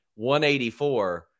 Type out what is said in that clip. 184